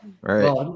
right